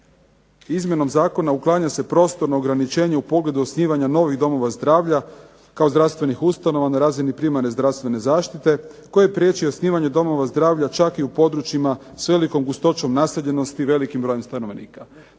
izmjenom zakona uklanja se prostorno ograničenje u pogledu osnivanja novih domova zdravlja kao zdravstvenih ustanova na razini primarne zdravstvene zaštite koji priječi osnivanje domova zdravlja čak i u područjima s velikom gustoćom naseljenosti i velikim brojem stanovnika.